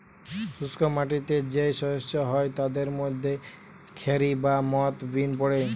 শুষ্ক মাটিতে যেই শস্য হয় তাদের মধ্যে খেরি বা মথ বিন পড়ে